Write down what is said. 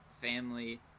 family